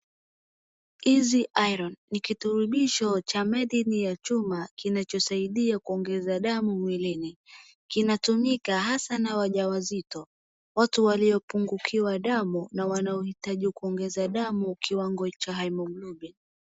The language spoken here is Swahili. Easy iron ni kirutumbisho cha madini ya chuma kinachosaidia kuongeza damu mwilini. Kinatumika hasa na wajawazito, watu waliopungukiwa damu na wanaohitaji kuongeza damu kiwango cha haemoglobin .